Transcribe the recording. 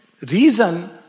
reason